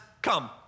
come